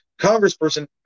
Congressperson